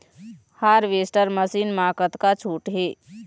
Harvester machine मा कतका छूट हे?